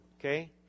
Okay